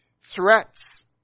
threats